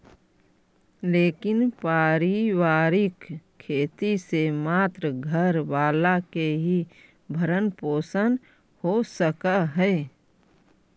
लेकिन पारिवारिक खेती से मात्र घर वाला के ही भरण पोषण हो सकऽ हई